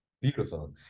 Beautiful